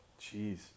jeez